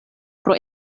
pro